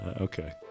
Okay